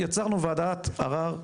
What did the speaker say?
יצרנו וועדת ערער ממשלתית.